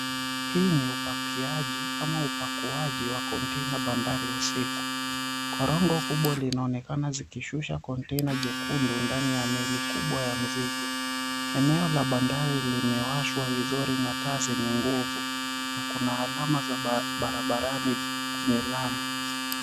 Hii ni upakiaji ama upakuaji wa container bandari usiku. Korongo kubwa linaonekana zikishusha container jekundu ndani ya meli kubwa ya mzigo. Eneo la bandari limewashwa vizuri na taa zenye nguvu na kuna alama za barabarani kwenye lami.